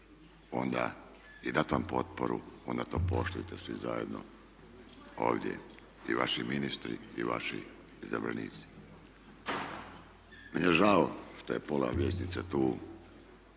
i dati vam potporu onda to poštujte svi zajedno ovdje, i vaši ministri i vaši izabranici. Meni je žao što je pola vijećnice tu